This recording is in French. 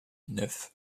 neuf